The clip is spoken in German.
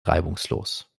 reibungslos